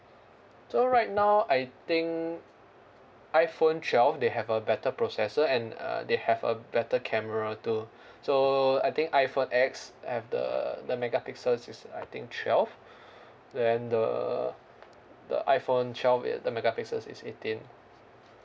so right now I think iPhone twelve they have a better processor and uh they have a better camera too so I think iPhone X have the the megapixel is is I think twelve then the the iPhone twelve it the megapixels is eighteen